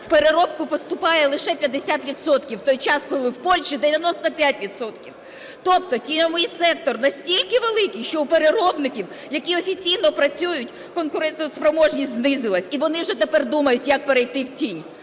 в переробку поступає лише 50 відсотків, в той час, коли в Польщі – 95 відсотків. Тобто тіньовий сектор настільки великий, що у переробників, які офіційно працюють, конкурентоспроможність знизилась, і вони вже тепер думають, як перейти в тінь.